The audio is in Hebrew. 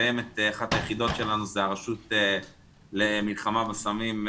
קיימת אחת היחידות של הרשות למלחמה בסמים,